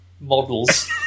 models